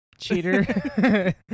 Cheater